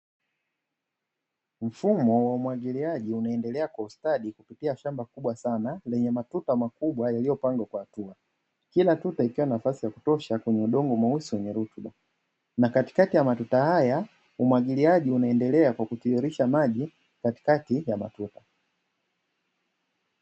Mfumo wa umwagiliaji unaendelea kwa ustadi kupitia shamba kubwa sana lenye matuta makubwa yaliyopangwa kwa hatua, kila tuta likiwa na nafasi ya kutosha ya kwenye udogno mweusi wenye rutuba, na katikati ya atuta haya umwagiliai unaendelea kwa kutiririsha maji katikati ya matuta.